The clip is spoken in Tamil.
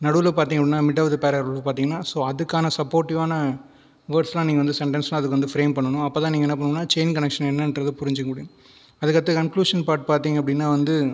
நடுவில் பார்த்தீங்க அப்படினா மிட் ஆஃப் தி பேரக்ராஃப் பார்த்தீங்கன்னா ஸோ அதுக்கான சபோர்ட்டிவ்வான வேர்ட்ஸெல்லாம் நீங்கள் வந்து சென்டென்ஸெல்லாம் நீங்கள் வந்து ஃப்ரேம் பண்ணணும் அப்போ தான் நீங்கள் வந்து என்ன பண்ணணுனால் செயின் கனெக்க்ஷன் என்னென்றது புரிஞ்சுக்க முடியும் அதுக்கு அடுத்து கன்க்குளூஷன் பார்ட் பார்த்தீங்க அப்படினா வந்து